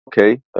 okay